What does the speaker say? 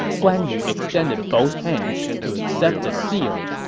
guan yu extended both hands to accept the seal.